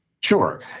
Sure